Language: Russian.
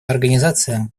организация